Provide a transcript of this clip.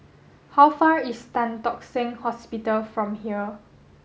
how far is Tan Tock Seng Hospital from here